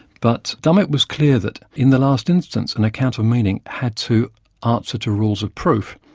but dummett was clear that in the last instance an account of meaning had to answer to rules of proof,